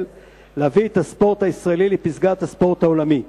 להביא את הספורט הישראלי לפסגת הספורט העולמי.